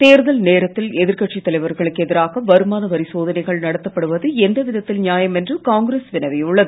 தேர்தல் நேரத்தில் எதிர்க்கட்சித் தலைவர்களுக்கு எதிராக வருமான வரி சோதனைகள் நடத்தப்படுவது எந்த விதத்தில் நியாயம் என்று காங்கிரஸ் வினவியுள்ளது